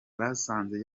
basanze